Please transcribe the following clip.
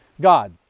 God